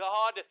God